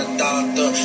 doctor